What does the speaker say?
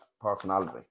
personality